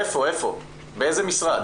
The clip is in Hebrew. איפה, באיזה משרד?